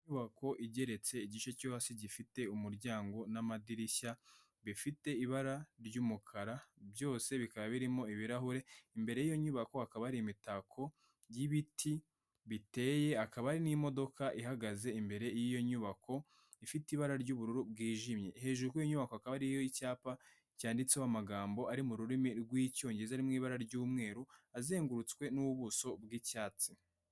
Inyubako igeretse igice cyosi gifite umuryango n'amadirishya bifite ibara ry'umukara byose bikaba birimo ibirahure, imbere y'iyoyubako akaba ari imitako y'ibiti biteye akaba ari n'imodoka ihagaze imbere yiyo nyubako ifite ibara ry'ubururu bwijimye. Hejuru yiyo nyubako akaba ariyo icyapa cyanditseho amagambo ari mu rurimi rw'icyongereza mu ibara ry'umweru azengurutswe n'ubuso bw'icyatsi.